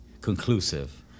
conclusive